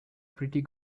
pretty